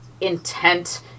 intent